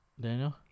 Daniel